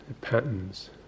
patterns